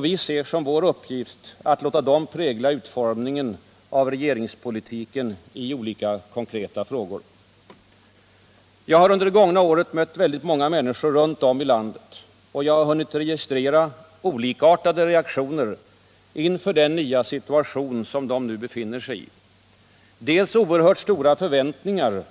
Vi ser som vår uppgift att låta dem prägla utformningen av regeringspolitiken i olika konkreta frågor. Jag har under det gångna året mött väldigt många människor runt om i landet. Jag har kunnat registrera olikartade reaktioner inför den nya situation de nu befinner sig i: Dels oerhört stora förväntningar